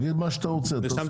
אנחנו נשמע